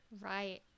Right